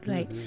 Right